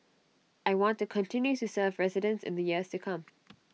I want to continue to serve residents in the years to come